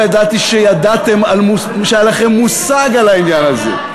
לא ידעתי שידעתם, שהיה לכם מושג על העניין הזה.